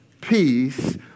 peace